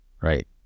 right